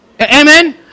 Amen